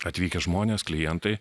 atvykę žmonės klientai